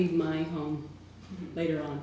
be my home later on